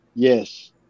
Yes